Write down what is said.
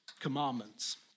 commandments